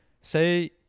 Say